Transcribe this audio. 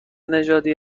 نژادی